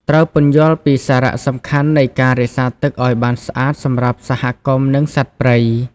ត្រូវពន្យល់ពីសារៈសំខាន់នៃការ រក្សាទឹក ឱ្យបានស្អាតសម្រាប់សហគមន៍និងសត្វព្រៃ។